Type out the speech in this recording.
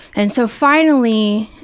and so finally,